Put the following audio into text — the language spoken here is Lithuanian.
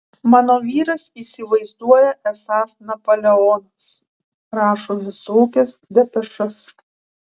mano vyras įsivaizduoja esąs napoleonas rašo visokias depešas